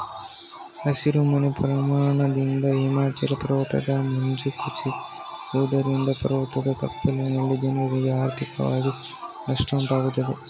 ಹಸಿರು ಮನೆ ಪರಿಣಾಮದಿಂದ ಹಿಮಾಲಯ ಪರ್ವತದ ಮಂಜು ಕುಸಿಯುವುದರಿಂದ ಪರ್ವತದ ತಪ್ಪಲಿನ ಜನರಿಗೆ ಆರ್ಥಿಕವಾಗಿ ನಷ್ಟ ಉಂಟಾಗುತ್ತದೆ